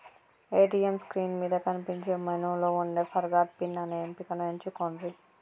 ATM screen మీద కనిపించే మెనూలో వుండే ఫర్గాట్ పిన్ అనే ఎంపికను ఎంచుకొండ్రి